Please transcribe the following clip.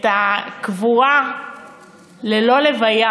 הקבורה ללא הלוויה